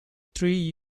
three